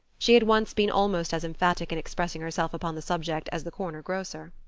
she had once been almost as emphatic in expressing herself upon the subject as the corner grocer.